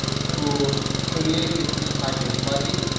to create it inside his body?